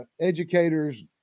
educators